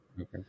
Okay